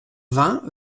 vingt